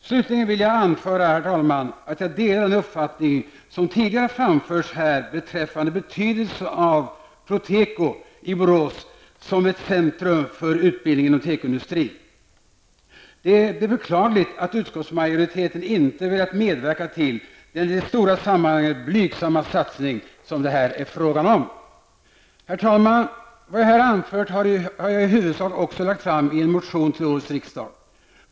Slutligen vill jag anföra att jag delar den uppfattning som tidigare här har framförts beträffande betydelsen av Proteko i Borås som ett centrum för utbildningen inom tekoindustrin. Det är beklagligt att utskottsmajoriteten inte velat medverka till den i det stora sammanhanget blygsamma satsningen som det här är fråga om. Herr talman! Vad jag här har anfört har jag i huvudsak också presenterat i en motion till årets riksdag.